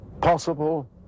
possible